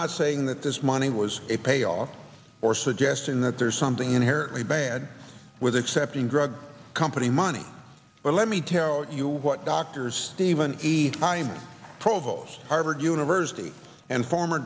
not saying that this money was a payoff or suggesting that there's something inherently bad with accepting drug company money but let me tell you what doctors even i am provost harvard university and former